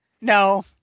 No